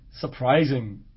surprising